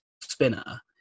spinner